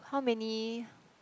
how many